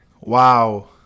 Wow